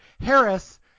Harris